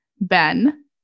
Ben